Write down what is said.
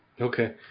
Okay